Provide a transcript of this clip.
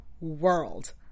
world